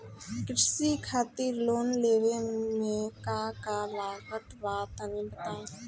कृषि खातिर लोन लेवे मे का का लागत बा तनि बताईं?